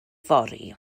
fory